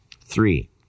Three